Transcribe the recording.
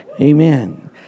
Amen